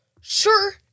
Sure